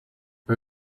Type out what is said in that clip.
her